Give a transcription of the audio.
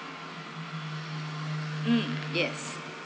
mm yes